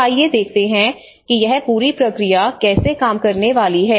तो आइए देखते हैं कि यह पूरी प्रक्रिया कैसे काम करने वाली है